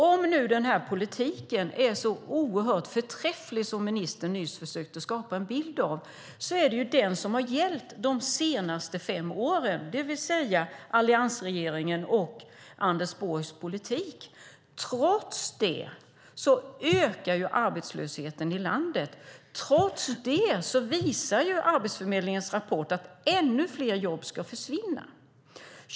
Om nu den här politiken, alliansregeringens och Anders Borgs politik, är så oerhört förträfflig som ministern nyss försökte skapa en bild av kan vi konstatera att det ju är den som har gällt de senaste fem åren. Trots det ökar arbetslösheten i landet. Trots det visar Arbetsförmedlingens rapport att ännu fler jobb ska försvinna.